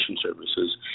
services